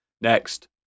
Next